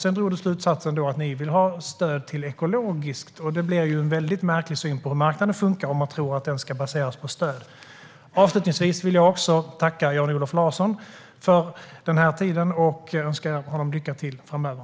Du drog slutsatsen att ni vill ha stöd till ekologiskt. Det är en märklig syn på hur marknaden fungerar om man tror att den ska baseras på stöd. Avslutningsvis vill jag också tacka Jan-Olof Larsson för den här tiden, och jag önskar honom lycka till framöver.